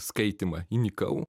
skaitymą įnikau